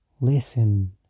Listen